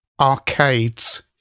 arcades